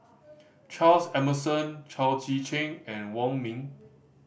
Charles Emmerson Chao Tzee Cheng and Wong Ming